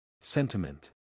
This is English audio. Sentiment